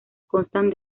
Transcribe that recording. constan